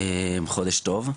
חודש טוב.